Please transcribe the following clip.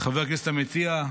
חבר הכנסת המציע,